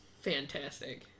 fantastic